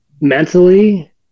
mentally